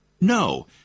No